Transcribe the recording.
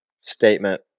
statement